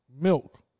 milk